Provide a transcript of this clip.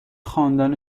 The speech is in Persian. خواندن